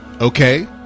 Okay